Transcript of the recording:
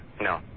No